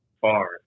far